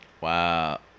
Wow